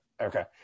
okay